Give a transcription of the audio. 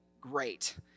Great